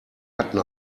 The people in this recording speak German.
hatten